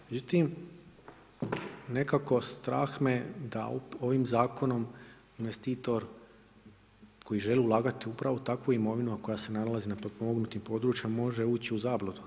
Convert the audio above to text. Međutim, nekako strah me da ovim zakonom investitor koji želi ulagati upravo u takvu imovinu, a koja se nalazi na potpomognutim područjima može ući u zabludu.